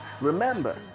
remember